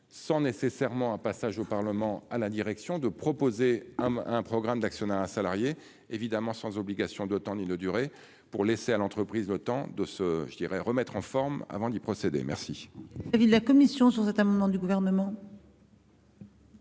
Sans nécessairement un passage au Parlement à la direction de proposer un programme d'actionnariat salarié évidemment sans obligation doit en inaugurer pour laisser à l'entreprise. Le temps de ce je dirais remettre en forme avant d'y procéder, merci.